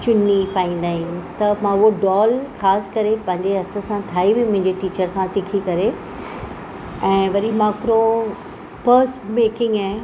चुनी पाईंदा आहियूं त मां उहा डॉल ख़ासि करे पंहिंजे हथ सां ठाही हुई मुंहिंजे टीचर खां सिखी ऐं वरी मां हिकिड़ो पर्स मेकिंग ऐं